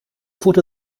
foot